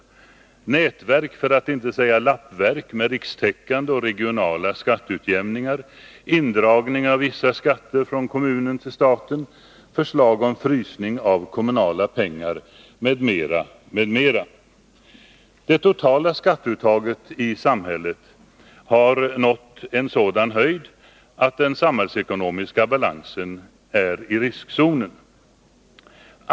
Det är ett nätverk, för att inte säga lappverk, av rikstäckande och regionala skatteutjämningar, indragningar av vissa skatter från kommunerna till staten, förslag om frysning av kommunala pengar m.m. Det totala skatteuttaget i samhället har nått en sådan nivå att den samhällsekonomiska balansen är i riskzonen.